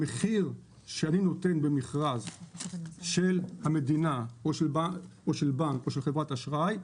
המחיר שאני נותן במכרז של המדינה או של בנק או של חברת אשראי,